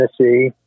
Tennessee